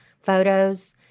photos